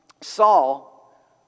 Saul